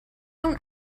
اون